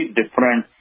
different